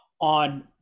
on